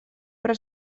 però